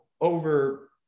over